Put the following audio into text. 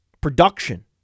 production